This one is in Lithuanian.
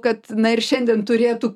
kad na ir šiandien turėtų